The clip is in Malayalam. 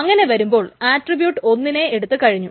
അങ്ങനെ വരുമ്പോൾ ആട്രിബ്യൂട്ട് ഒന്നിനെ എടുത്തു കഴിഞ്ഞു